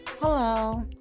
Hello